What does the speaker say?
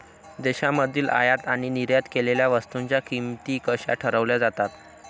देशांमधील आयात आणि निर्यात केलेल्या वस्तूंच्या किमती कशा ठरवल्या जातात?